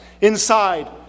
inside